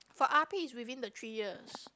for R_P is within the three years